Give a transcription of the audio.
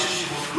יש ישיבות,